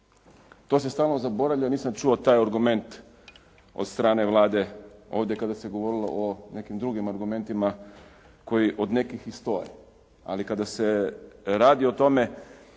To se stalno zaboravlja. Nisam čuo taj argument od strane Vlade ovdje kada se govorilo o nekim drugim argumentima koji od nekih i stoje. Ali kada se radi o tome